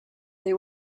they